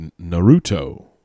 Naruto